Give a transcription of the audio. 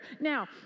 Now